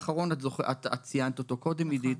האחרון, את ציינת אותו קודם, עידית,